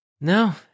No